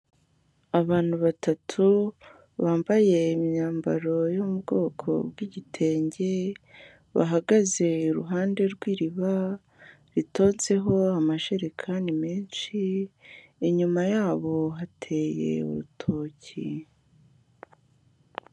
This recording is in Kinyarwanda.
Abantu batatu bambaye imyambaro yo mu bwoko bw'igitenge, bahagaze iruhande rw'iriba, ritonzeho amajerekani menshi, inyuma yabo hateye urutoki.